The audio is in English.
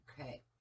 okay